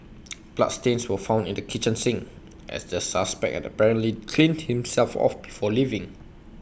bloodstains were found in the kitchen sink as the suspect had apparently cleaned himself off before leaving